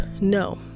No